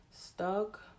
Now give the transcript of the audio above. stuck